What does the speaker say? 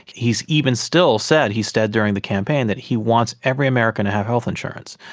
he has even still said, he said during the campaign that he wants every american to have health insurance,